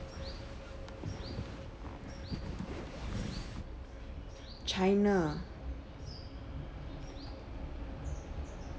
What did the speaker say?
china ah